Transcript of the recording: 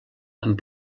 amb